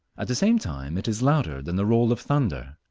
at the same time it is louder than the roll of thunder,